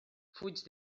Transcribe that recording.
fuig